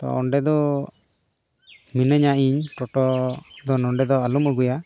ᱚᱸᱰᱮ ᱫᱚ ᱢᱤᱱᱟᱹᱧᱟ ᱤᱧ ᱴᱳᱴᱳ ᱫᱚ ᱱᱚᱰᱮ ᱫᱚ ᱟᱞᱚᱢ ᱟᱹᱜᱩᱭᱟ